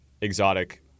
exotic